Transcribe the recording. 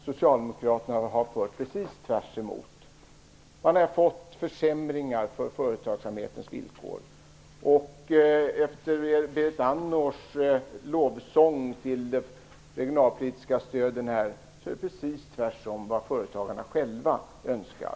Socialdemokraterna har fört en politik som går precis tvärtemot. Företagsamhetens villkor har försämrats. Berit Andnors lovsång till de regionalpolitiska stöden går i rakt motsatt riktning till vad företagarna själva önskar.